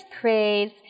praise